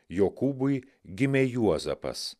jokūbui gimė juozapas